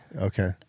Okay